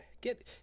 Get